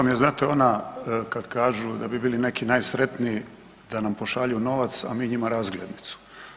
To vam je znate ona kad kažu da bi bili neki najsretniji da nam pošalju novac, a mi njima razglednicu.